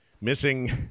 missing